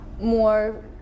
more